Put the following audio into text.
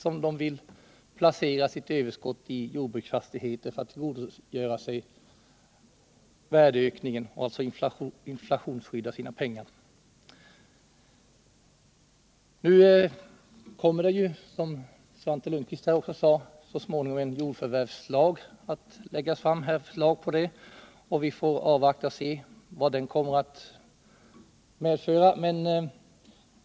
Dessa vill placera sitt överskott i jordbruksfastigheter för att tillgodogöra sig vär 19 deökningen, alltså inflationsskydda sina pengar. Så småningom kommer, som Svante Lundkvist sade, förslag till ny jordförvärvslag att läggas fram. Vi får avvakta och se vad den kommer att medföra.